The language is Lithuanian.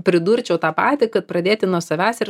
pridurčiau tą patį kad pradėti nuo savęs ir